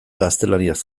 gaztelaniaz